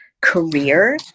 career